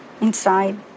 inside